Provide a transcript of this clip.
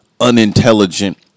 unintelligent